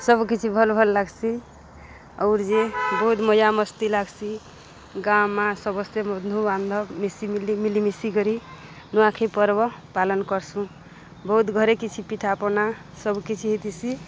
ସବୁକିଛି ଭଲ୍ ଭଲ୍ ଲାଗ୍ସି ଆଉର୍ ଯେ ବହୁତ୍ ମଜା ମସ୍ତି ଲାଗ୍ସି ଗାଁ ମା ସମସ୍ତେ ବନ୍ଧୁ ବାନ୍ଧବ ମିଶିିମିଲି ମିଲିମିଶି କରି ନୂଆଖାଇ ପର୍ବ ପାଳନ୍ କର୍ସୁଁ ବହୁତ୍ ଘରେ କିଛି ପିଠାପଣା ସବୁକିଛି ହେଇଥିସି